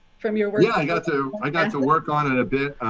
from your work yeah, i got to i got to work on it a bit.